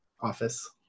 office